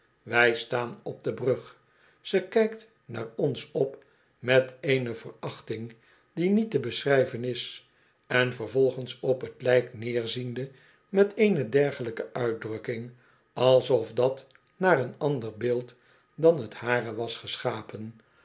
wij staan op de brug ze kijkt naar ons op met eene verachting die niet te beschrijven is en vervolgens op t lijk neerziende met eene dergelijke uitdrukking alsof dat naar een ander beeld dan t hare was geschapen